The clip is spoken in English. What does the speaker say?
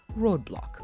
roadblock